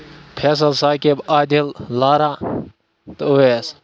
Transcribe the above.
فیصل ثاقب عادل لارا تہٕ اُویس